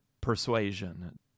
persuasion